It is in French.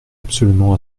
absolument